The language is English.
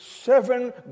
seven